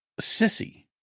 sissy